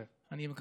כן, בהחלט.